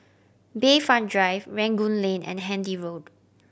Bayfront Drive Rangoon Lane and Handy Road